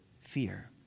fear